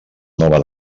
nova